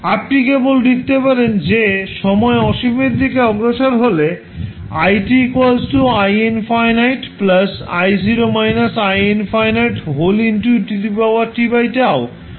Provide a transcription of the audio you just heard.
আপনি কেবল লিখতে পারেন যে সময় অসীমের দিকে অগ্রসর হলে হবে